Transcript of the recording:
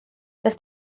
does